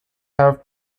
have